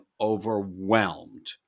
overwhelmed